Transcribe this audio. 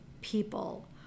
people